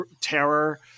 terror